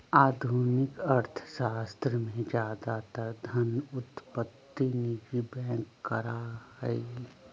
आधुनिक अर्थशास्त्र में ज्यादातर धन उत्पत्ति निजी बैंक करा हई